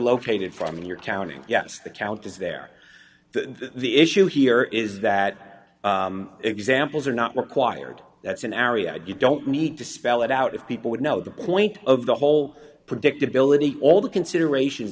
located from your county yes the count is there that the issue here is that examples are not required that's an area you don't need to spell it out if people would know the point of the whole predictability all the considerations